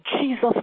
Jesus